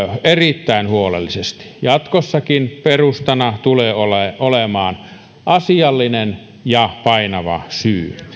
erittäin huolellisesti jatkossakin perusteena tulee olemaan asiallinen ja painava syy